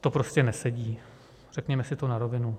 To prostě nesedí, řekněme si to na rovinu.